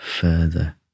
further